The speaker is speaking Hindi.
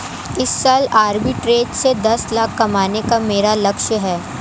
इस साल आरबी ट्रेज़ से दस लाख कमाने का मेरा लक्ष्यांक है